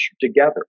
together